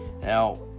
Now